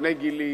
בני גילי